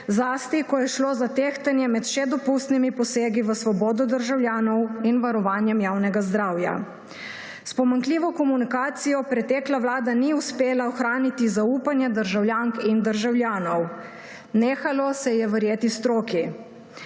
zlasti ko je šlo za tehtanje med še dopustnimi posegi v svobodo državljanov in varovanjem javnega zdravja. S pomanjkljivo komunikacijo pretekla vlada ni uspela ohraniti zaupanja državljank in državljanov. Nehalo se je verjeti stroki.